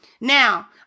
Now